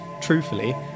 truthfully